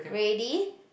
ready